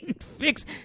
Fix